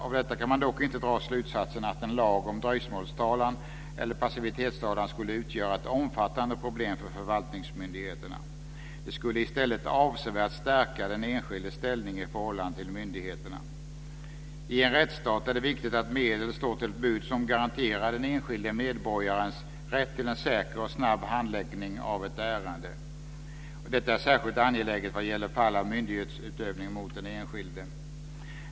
Av detta kan man dock inte dra slutsatsen att en lag om dröjsmålstalan eller passivitetstalan skulle utgöra ett omfattande problem för förvaltningsmyndigheterna. Det skulle i stället avsevärt stärka den enskildes ställning i förhållande till myndigheterna. I en rättsstat är det viktigt att medel står till buds som garanterar den enskilde medborgaren rätt till en säker och snabb handläggning av ett ärende. Detta är särskilt angeläget vad gäller fall av myndighetsutövning mot den enskilde.